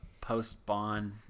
post-Bond